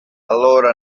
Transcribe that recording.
allora